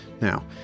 Now